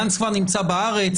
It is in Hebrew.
גנץ כבר נמצא בארץ.